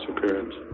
disappearance